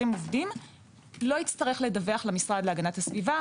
עובדים לא יצטרך לדווח למשרד להגנת הסביבה,